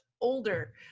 older